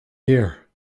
year